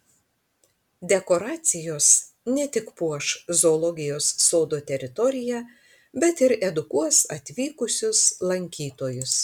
dekoracijos ne tik puoš zoologijos sodo teritoriją bet ir edukuos atvykusius lankytojus